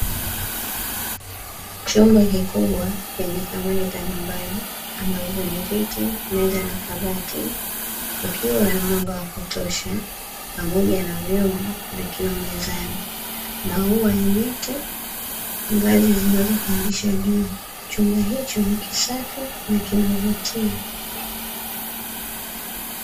Chumba kikubwa chenye samani za nyumbani, ambazo ni viti, meza na kabati kukiwa na mwanga wa kutosha pamoja na vyombo vikiwa mezani. Maua ya miti, ngazi zinazopandisha juu, chumba hicho ni kisafi na kinavutia.